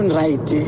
right